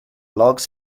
logs